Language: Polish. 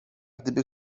gdyby